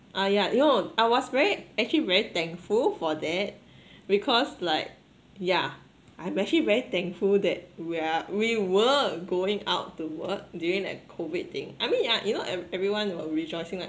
ah yeah you know I was very actually very thankful for that because like yeah I'm actually very thankful that we're we were going out to work during that COVID thing I mean ah you know ever~ everyone were rejoicing like